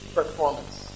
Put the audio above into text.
performance